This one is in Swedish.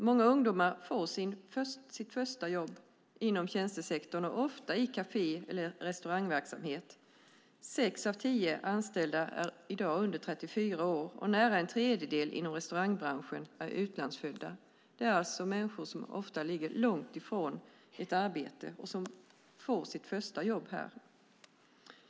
Många ungdomar får sitt första jobb inom tjänstesektorn, ofta i kafé eller restaurangverksamhet. Sex av tio anställda är i dag under 34 år, och nära en tredjedel inom restaurangbranschen är utlandsfödda. Det är alltså människor som ofta är långt från ett arbete men som får sitt första jobb här.